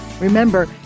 Remember